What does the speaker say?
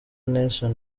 nelson